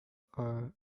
are